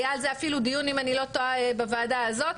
היה על זה אפילו דיון אם אני לא טועה בוועדה הזאת,